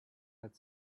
had